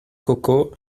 coco